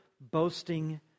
boasting